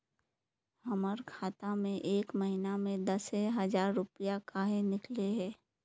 हमर खाता में एक महीना में दसे हजार रुपया काहे निकले है?